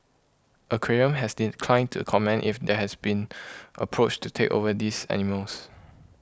Aquarium has to comment if there has been approached to take over these animals